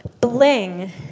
Bling